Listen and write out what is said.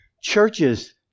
churches